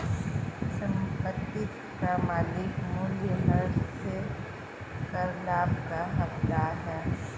संपत्ति का मालिक मूल्यह्रास से कर लाभ का हकदार है